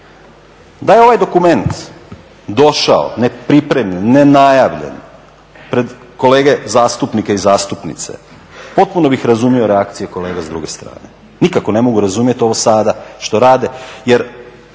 Da je ovaj dokument došao nepripremljen, nenajavljen pred kolege zastupnike i zastupnice potpuno bih razumio reakcije kolega s druge strane. Nikako ne mogu razumjeti ovo sada što rade jer